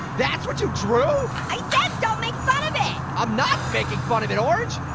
that's what you drew? i said don't make fun of it. i'm not making fun of it, orange.